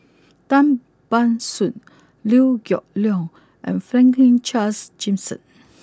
Tan Ban Soon Liew Geok Leong and Franklin Charles Gimson